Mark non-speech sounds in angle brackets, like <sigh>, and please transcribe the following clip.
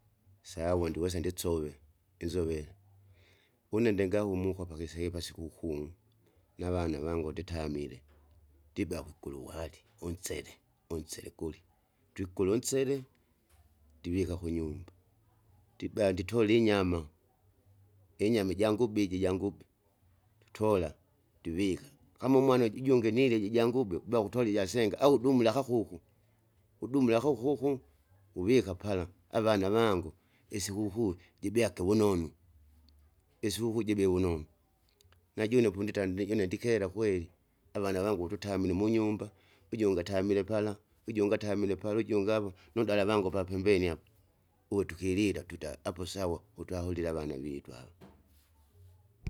Sawa ndiwesa ndisove, inzovele, <noise> une ndingai umukwa pakise pasikukuu <noise> navana vangu nditamile, <noise> ndibea kukulu wari unsele unsele guli. Twikule unsele ndivika kunyumba, <noise> ndibaa nditola inyama, inyama ijangube iji ijangube, nditola ndivika, kama umwana uju ujungi nilije ijangube kuba kutola ijasenge au dumila akakuku, udumula akakuku <noise> uvika pala, avana vangu isikukuu jibyake vunonu, <noise> isikukuu jibye vunonu, najune pondita nijune ndikela kweli, avana vangu tutamile munyumba, ujunge atamile pala ujungi atamile pala ujungi ava. Nundala avangu papembeni apa, uve tukilila twita apo sawa, utwahulile avana vitu ava. <noise>